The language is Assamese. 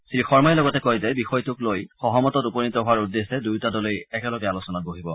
শ্ৰীশৰ্মাই লগতে কয় যে বিষয়টোক লৈ সহমতত উপনীত হোৱাৰ উদ্দেশ্যে দুয়োটা দলেই একেলগে আলোচনাত বহিব